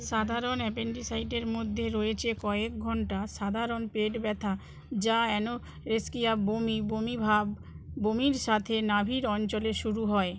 সাধারণ অ্যাপেন্ডিসাইটের মধ্যে রয়েছে কয়েক ঘণ্টা সাধারণ পেট ব্যথা যা অ্যানোরেক্সিয়া বমি বমি ভাব বমির সাথে নাভির অঞ্চলে শুরু হয়